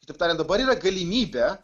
kitaip tariant dabar yra galimybė